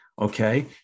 okay